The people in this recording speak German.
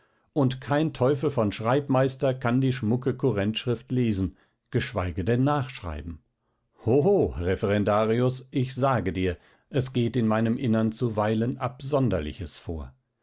und kein teufel von schreibmeister kann die schmucke kurrentschrift lesen geschweige denn nachschreiben hoho referendarius ich sage dir es geht in meinem innern zuweilen absonderliches vor